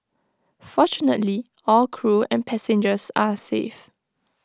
fortunately all crew and passengers are safe